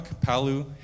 Palu